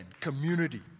community